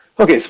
okay, so